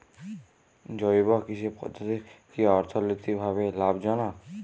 জৈব কৃষি পদ্ধতি কি অর্থনৈতিকভাবে লাভজনক?